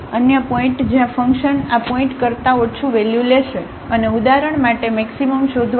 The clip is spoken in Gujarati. અન્ય પોઇન્ટ જ્યાં ફંકશન આ પોઇન્ટ કરતા ઓછું વેલ્યુ લેશે અને ઉદાહરણ માટે મેક્સિમમ શોધવા માટે